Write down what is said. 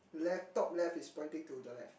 left top left is pointing to the left